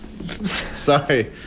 Sorry